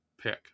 pick